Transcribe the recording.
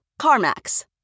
CarMax